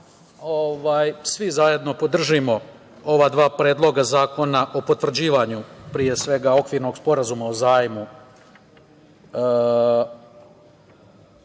svi zajedno podržimo ova dva predloga zakona o potvrđivanju, pre svega Okvirnog sporazuma o zajmu